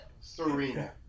Serena